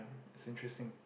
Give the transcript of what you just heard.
it's interesting